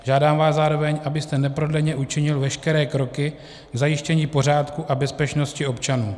Žádám vás zároveň, abyste neprodleně učinil veškeré kroky k zajištění pořádku a bezpečnosti občanů.